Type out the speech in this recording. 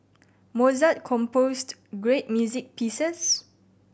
Mozart composed great music pieces